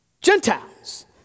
Gentiles